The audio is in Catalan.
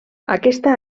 aquesta